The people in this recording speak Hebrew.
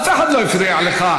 ואף אחד לא הפריע לך.